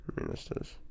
ministers